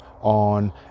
on